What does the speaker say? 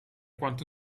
quanto